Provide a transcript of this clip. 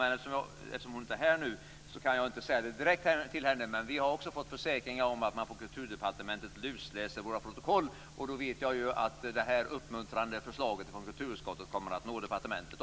Men eftersom hon inte är här kan jag inte säga det direkt till henne. Men vi har fått försäkringar från Kulturdepartementet om att man lusläser våra protokoll. Då vet jag ju att detta uppmuntrande förslag från kulturutskottet kommer att nå departementet.